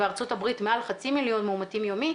וארצות הברית מעל 500,000 מאומתים יומי,